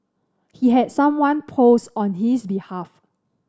he had someone post on his behalf